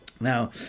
now